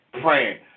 praying